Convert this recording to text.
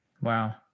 Wow